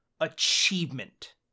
achievement